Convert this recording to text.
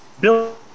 Bill